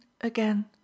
again